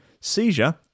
seizure